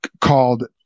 called